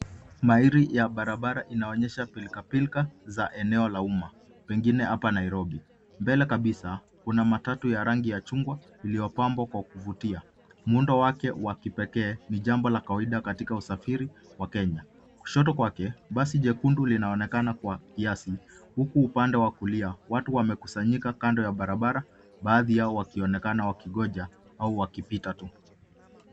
Maili ya barabara inaonyesha pilka pilka za eneo la umma, pengine hapa Nairobi. Mbele kabisa kuna matatu ya rangi ya chungwa iliyopambwa kwa kuvutia, muundo wake wa kipekee ni jambo la kawaida katika usafiri wa Kenya. Kushoto kwake, basi jekundu linaonekana kwa kiasi, huku upande wa kulia, watu wamekusanyika kando ya barabara, baadhi yao wakionekana wakingoja au wakipita tu.